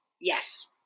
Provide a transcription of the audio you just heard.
yes